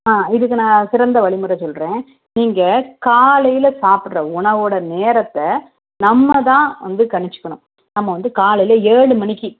ஆ இதுக்கு நான் சிறந்த வழிமுற சொல்கிறேன் நீங்கள் காலையில் சாப்பிட்ற உணவோடய நேரத்தை நம்ம தான் வந்து கணிச்சுக்கணும் நம்ம வந்து காலையில் ஏழு மணிக்கு